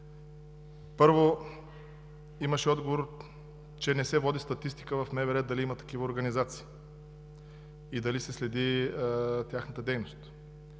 Първо, имаше отговор, че не се води статистика в МВР дали има такива организации и дали се следи тяхната дейност.